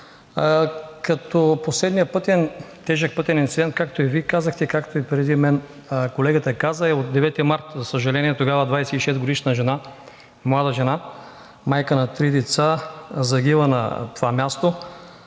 Последният тежък пътен инцидент, както и Вие казахте, както и преди мен колегата каза, е от 9 март. За съжаление, тогава 26-годишна млада жена, майка на три деца, загива на това място.